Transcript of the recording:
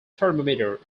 thermometer